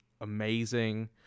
amazing